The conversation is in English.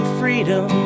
freedom